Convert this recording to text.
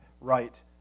right